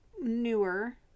newer